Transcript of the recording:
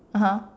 (uh huh)